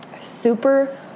super